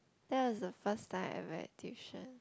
that was the first time I went tuition